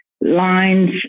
lines